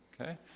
Okay